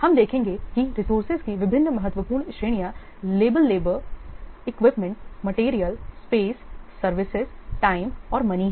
हम देखेंगे कि रिसोर्सेज की विभिन्न महत्वपूर्ण श्रेणियां लेबल लेबर इक्विपमेंट मटेरियल जगह सर्विस टाइम और मनी हैं